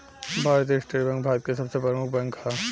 भारतीय state bank Bharat के सबसे प्रमुख बैंक ह